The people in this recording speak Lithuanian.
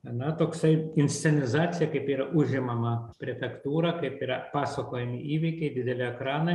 na toksai inscenizacija kaip yra užemama prefektūra kaip yra pasakojami įvykiai dideli ekranai